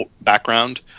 background